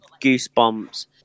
goosebumps